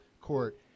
court